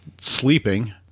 sleeping